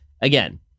again